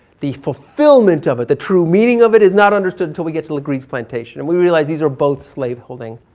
the fulfillment of it, the true meaning of it is not understood until we get to legree's plantation and we realize these are both slave holding,